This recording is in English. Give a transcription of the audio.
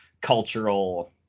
cultural